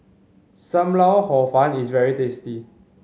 Sam Lau Hor Fun is very tasty